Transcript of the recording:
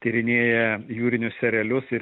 tyrinėja jūrinius erelius ir